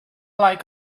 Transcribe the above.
like